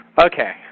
Okay